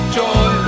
joy